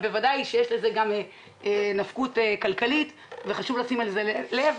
אבל בוודאי שיש לזה גם נפקות כלכלית וחשוב לשים לזה לב,